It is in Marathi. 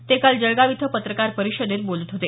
ते काल जळगाव इथं पत्रकार परिषदेत बोलत होते